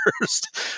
first